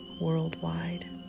worldwide